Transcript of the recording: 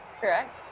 Correct